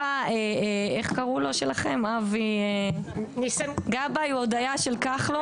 בא אבי גבאי, הוא עוד היה של כחלון.